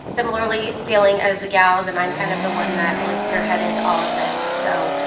similarly feeling as the gals, and i'm kind of the one that really spearheaded all of this. so